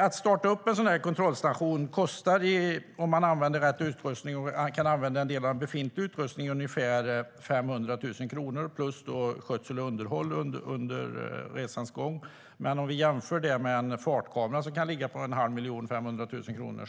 Att starta upp en sådan här kontrollstation kostar, om man använder rätt utrustning och kan använda en del befintlig utrustning, ungefär 500 000 kronor plus skötsel och underhåll under resans gång. Det kan man jämföra med en fartkamera, som också kan kosta 500 000 kronor.